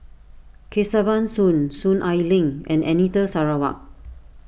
Kesavan Soon Soon Ai Ling and Anita Sarawak